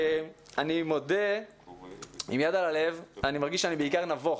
אני מודה עם יד על הלב, אני מרגיש שאני בעיקר נבוך